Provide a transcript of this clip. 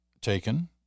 taken